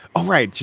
all right.